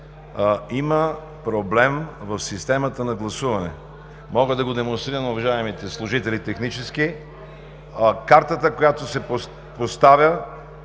има проблем в системата на гласуване. Мога да го демонстрирам на уважаемите технически служители. Картата, която се поставя,